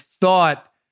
thought